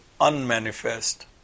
unmanifest